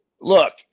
look